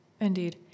indeed